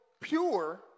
pure